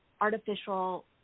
artificial